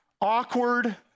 awkward